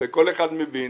הרי כל אחד מבין